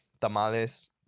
Tamales